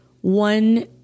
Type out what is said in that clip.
one